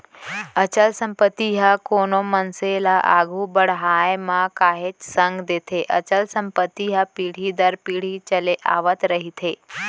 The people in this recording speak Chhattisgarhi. अचल संपत्ति ह कोनो मनसे ल आघू बड़हाय म काहेच संग देथे अचल संपत्ति ह पीढ़ी दर पीढ़ी चले आवत रहिथे